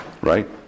right